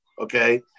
Okay